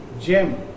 gem